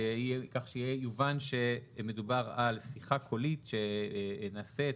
כך שיובן שמדובר על שיחה קולית שנעשית,